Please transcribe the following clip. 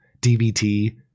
DBT